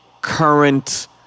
current